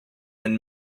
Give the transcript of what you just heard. and